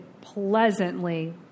pleasantly